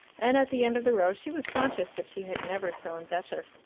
and at the end of the row she was conscious that she had never sown better.